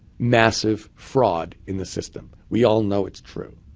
massive fraud in the system. we all know it's true.